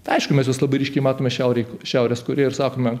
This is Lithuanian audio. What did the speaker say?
tai aišku mes juos labai ryškiai matom šiaurėj šiaurės korėjoj ir sakome